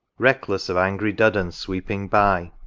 reckless of angry duddon sweeping by,